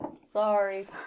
Sorry